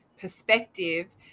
perspective